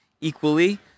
equally